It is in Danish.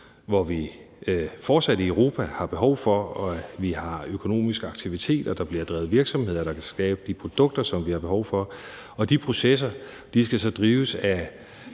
hvor vi i Europa fortsat har behov for, at vi har økonomisk aktivitet, og at der bliver drevet virksomheder, der kan skabe de produkter, som vi har behov for, og de processer skal så drives af